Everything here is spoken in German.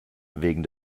wegen